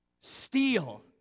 Steal